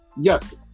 Yes